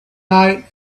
night